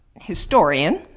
historian